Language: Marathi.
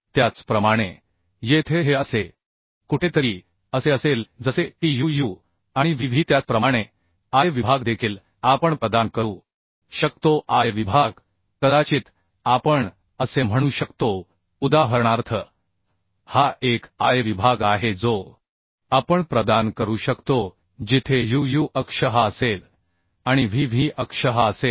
त्याचप्रमाणे येथे हे असे कुठेतरी असे असेल जसे की uu आणि vv त्याचप्रमाणे I विभाग देखील आपण प्रदान करू शकतो I विभाग कदाचित आपण असे म्हणू शकतो उदाहरणार्थ हा एक I विभाग आहे जो आपण प्रदान करू शकतो जिथे uu अक्ष हा असेल आणि vv अक्ष हा असेल